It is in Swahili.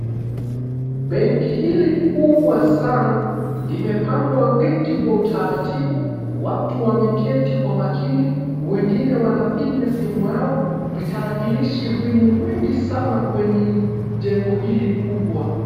Benki hili kubwa sana limepangwa viti kwa utaratibu, watu wameketi kwa makini, wengine wanafinya simu zao. Vitarakilishi vimo mingi sana kwenye jengo hili kubwa.